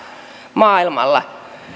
maailmalla